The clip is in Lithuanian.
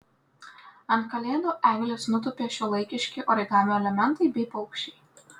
ant kalėdų eglės nutūpė šiuolaikiški origamio elementai bei paukščiai